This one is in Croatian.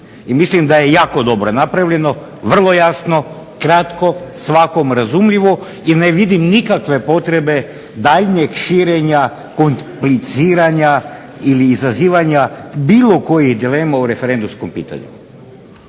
i mislim da je jako dobro napravljeno, vrlo jasno, kratko, svakom razumljivo i ne vidim nikakve potrebe daljnjeg širenja kompliciranja ili izazivanja bilo kojih dilema u referendumskom pitanju.